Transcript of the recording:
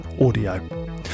audio